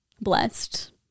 Blessed